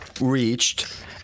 reached